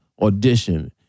audition